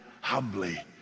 humbly